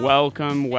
Welcome